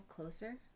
closer